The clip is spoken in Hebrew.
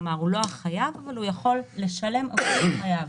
כלומר הוא לא החייב אבל הוא יכול לשלם עבור החייב.